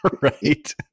Right